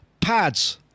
Pads